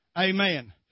Amen